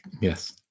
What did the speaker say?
Yes